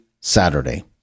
Saturday